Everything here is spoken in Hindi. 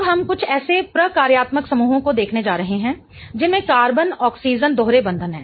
अब हम कुछ ऐसे प्रकार्यात्मक समूहों को देखने जा रहे हैं जिनमें कार्बन ऑक्सीजन दोहरे बंधन हैं